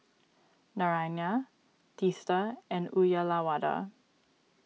Naraina Teesta and Uyyalawada